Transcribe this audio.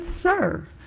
sir